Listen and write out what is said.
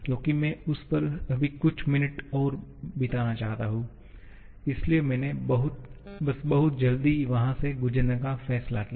क्योंकि मैं उस पर अभी कुछ मिनट और बिताना चाहता हूं इसलिए मैंने बस बहुत जल्दी वहां से गुजरने का फैसला किया